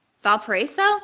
Valparaiso